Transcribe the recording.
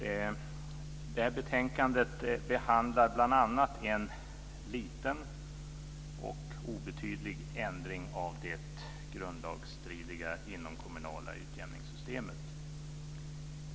Det här betänkandet behandlar bl.a. en liten och obetydlig ändring av det grundlagsstridiga inomkommunala utjämningssystemet.